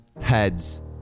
heads